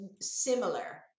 similar